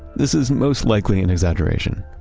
this is most likely an exaggeration,